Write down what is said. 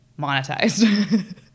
monetized